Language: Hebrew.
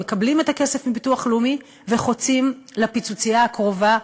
הם מקבלים את הכסף מביטוח לאומי וחוצים לפיצוצייה הקרובה,